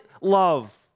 love